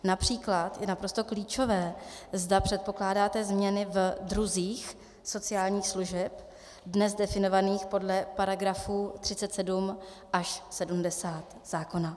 Například je naprosto klíčové, zda předpokládáte změny v druzích sociálních služeb dnes definovaných podle § 37 až 70 zákona.